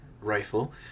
rifle